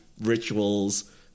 rituals